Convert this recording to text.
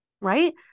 Right